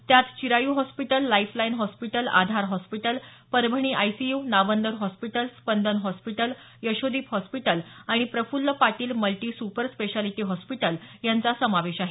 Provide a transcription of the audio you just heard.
त्यात Chirayu hospital lifeline hospital Aadhar hospital Parbhani ICU Navandar hospital Spandan hospital Yashodeep hospital आणि Prafull Patil multi super speciality hospital याचा समावेश आहे